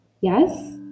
yes